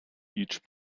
each